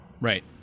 Right